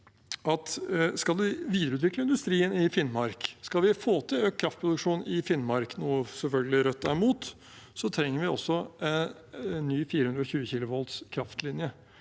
skal vi videreutvikle industrien i Finnmark, skal vi få til økt kraftproduksjon i Finnmark, noe Rødt selvfølgelig er mot, trenger vi også en ny 420 kV kraftlinje.